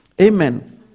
Amen